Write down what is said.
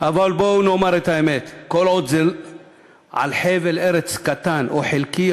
אבל בואו נאמר את האמת: כל עוד זה על חבל ארץ קטן או חלקי,